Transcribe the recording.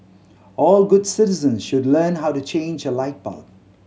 all good citizen should learn how to change a light bulb